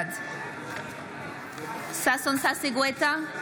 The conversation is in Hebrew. בעד ששון ששי גואטה,